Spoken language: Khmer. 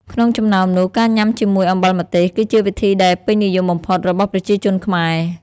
ក្នុងចំណោមនោះ ការញ៉ាំជាមួយ អំបិលម្ទេស គឺជាវិធីដែលពេញនិយមបំផុត របស់ប្រជាជនខ្មែរ។